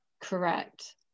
Correct